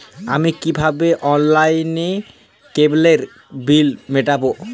আমি কিভাবে অনলাইনে কেবলের বিল মেটাবো?